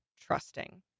trusting